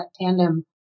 tandem